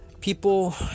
people